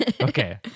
Okay